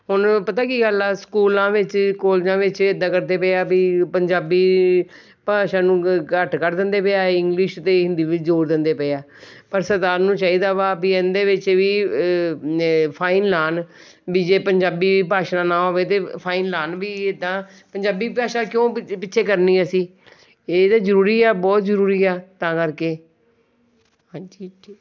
ਹੁਣ ਪਤਾ ਕੀ ਗੱਲ ਆ ਸਕੂਲਾਂ ਵਿੱਚ ਕੋਲਜਾਂ ਵਿੱਚ ਇੱਦਾਂ ਕਰਦੇ ਪਏ ਆ ਵੀ ਪੰਜਾਬੀ ਭਾਸ਼ਾ ਨੂੰ ਘੱਟ ਕੱਢ ਦਿੰਦੇ ਪਏ ਇੰਗਲਿਸ਼ ਅਤੇ ਹਿੰਦੀ ਵਿੱਚ ਜ਼ੋਰ ਦਿੰਦੇ ਪਏ ਆ ਪਰ ਸਰਕਾਰ ਨੂੰ ਚਾਹੀਦਾ ਵਾ ਵੀ ਇਹਦੇ ਵਿੱਚ ਵੀ ਫਾਈਨ ਲਾਣ ਵੀ ਜੇ ਪੰਜਾਬੀ ਭਾਸ਼ਾ ਨਾ ਹੋਵੇ ਤਾਂ ਫਾਈਨ ਲਾਣ ਵੀ ਇੱਦਾਂ ਪੰਜਾਬੀ ਭਾਸ਼ਾ ਕਿਉਂ ਪਿ ਪਿੱਛੇ ਕਰਨੀ ਅਸੀਂ ਇਹ ਤਾਂ ਜ਼ਰੂਰੀ ਆ ਬਹੁਤ ਜ਼ਰੂਰੀ ਆ ਤਾਂ ਕਰਕੇ ਹਾਂਜੀ